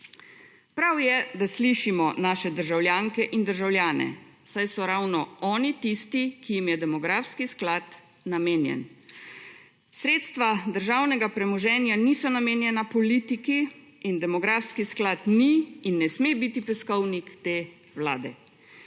Prav je, da slišimo naše državljanke in državljane, saj so ravno oni tisti, ki jim je demografski sklad namenjen. Sredstva državnega premoženja niso namenjena politiki in demografski sklad ni in ne sme biti peskovnik te Vlade.